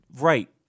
right